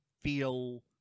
feel